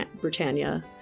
Britannia